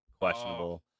questionable